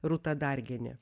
rūta dargienė